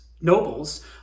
nobles